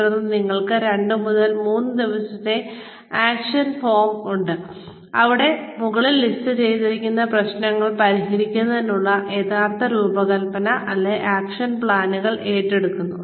തുടർന്ന് ഞങ്ങൾക്ക് 2 മുതൽ 3 ദിവസത്തെ ആക്ഷൻ ഫോറം ഉണ്ട് അവിടെ മുകളിൽ ലിസ്റ്റുചെയ്തിരിക്കുന്ന പ്രശ്നങ്ങൾ പരിഹരിക്കുന്നതിനുള്ള യഥാർത്ഥ രൂപകല്പന അല്ലെങ്കിൽ ആക്ഷൻ പ്ലാനുകൾ ഏറ്റെടുക്കുന്നു